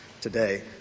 today